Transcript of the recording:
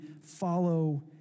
follow